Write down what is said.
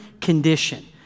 condition